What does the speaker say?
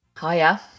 Hiya